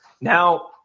Now